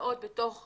שנמצאות בתוך